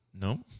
No